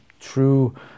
true